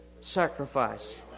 sacrifice